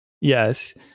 yes